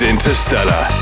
Interstellar